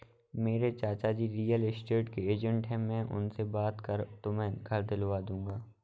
मेरे चाचाजी real state के एजेंट है मैं उनसे बात कर तुम्हें घर दिलवा दूंगा